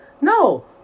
no